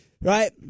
Right